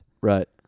Right